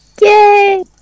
Yay